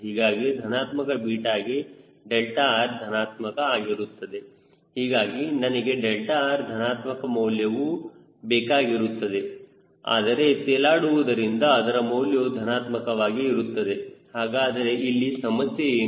ಹೀಗಾಗಿ ಧನಾತ್ಮಕ 𝛽 ಗೆ 𝛿r ಧನಾತ್ಮಕ ಆಗಿರುತ್ತದೆ ಹೀಗಾಗಿ ನನಗೆ 𝛿r ಧನಾತ್ಮಕ ಮೌಲ್ಯವು ಬೇಕಾಗಿರುತ್ತದೆ ಆದರೆ ತೇಲಾಡುವುದರಿಂದ ಅದರ ಮೌಲ್ಯವು ಧನಾತ್ಮಕವಾಗಿ ಇರುತ್ತದೆ ಹಾಗಾದರೆ ಇಲ್ಲಿ ಸಮಸ್ಯೆ ಏನು